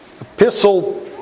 epistle